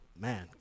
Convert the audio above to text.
man